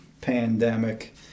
pandemic